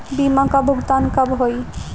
बीमा का भुगतान कब होइ?